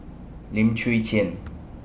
Lim Chwee Chian